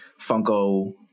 Funko